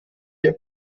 der